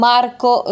Marco